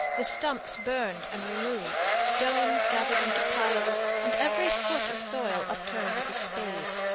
the stumps burned and removed, stones gathered into piles, and every foot of soil upturned with a spade.